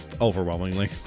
Overwhelmingly